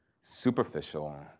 superficial